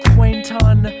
Quentin